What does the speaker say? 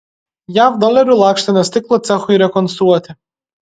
jav dolerių lakštinio stiklo cechui rekonstruoti